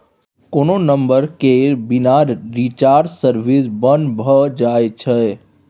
कोनो नंबर केर बिना रिचार्ज सर्विस बन्न भ जाइ छै